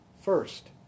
First